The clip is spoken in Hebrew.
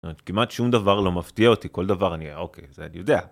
כמעט שום דבר לא מפתיע אותי כל דבר אני אהיה אוקיי זה אני יודע.